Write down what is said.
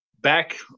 back